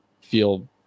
feel